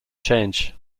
change